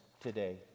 today